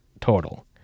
total